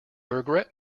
regret